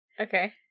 Okay